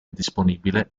disponibile